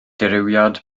dirywiad